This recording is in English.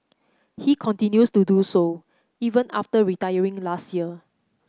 he continues to do so even after retiring last year